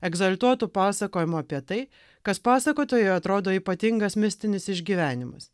egzaltuotu pasakojimu apie tai kas pasakotojui atrodo ypatingas mistinis išgyvenimas